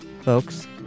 folks